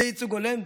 זה ייצוג הולם?